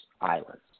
islands